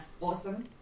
awesome